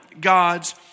God's